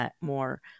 more